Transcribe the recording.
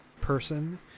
person